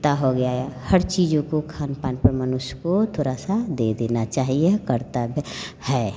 कुत्ता हो गया हर चीज़ों के खान पान पर मनुष्य को थोड़ा सा दे देना चाहिए कर्तव्य है